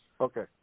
Okay